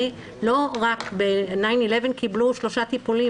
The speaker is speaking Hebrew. לא רק - ב-9.11 קיבלו שלושה טיפולים.